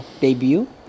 Debut